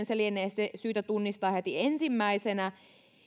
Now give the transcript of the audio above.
se lienee syytä tunnistaa heti ensimmäisenä